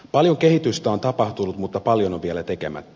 paljon kehitystä on tapahtunut mutta paljon on vielä tekemättä